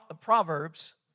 Proverbs